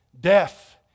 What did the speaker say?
Death